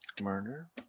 Murder